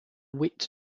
wit